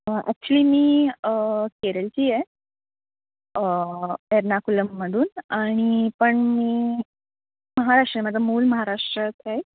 actually मी केरळची आहे एर्नाकुलममधून आणि पण मी महाराष्ट्र माझं मूळ महाराष्ट्रात आहे